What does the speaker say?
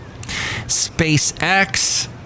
SpaceX